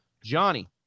Johnny